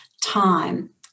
time